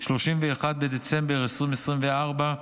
31 בדצמבר 2024,